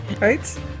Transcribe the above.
Right